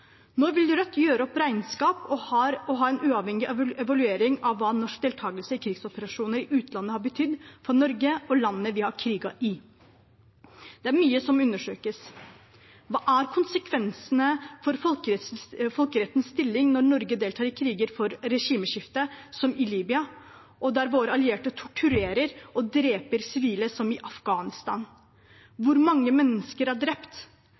vil Rødt gjøre opp regnskap og ha en uavhengig evaluering av hva norsk deltagelse i krigsoperasjoner i utlandet har betydd for Norge og landene vi har kriget i. Det er mye som må undersøkes. Hva er konsekvensene for folkerettens stilling når Norge deltar i kriger for regimeskifte, som i Libya, og der våre allierte torturerer og dreper sivile, som i Afghanistan? Hvor mange mennesker er drept?